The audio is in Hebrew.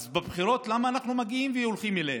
אז בבחירות, למה אנחנו מגיעים והולכים אליהם?